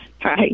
Hi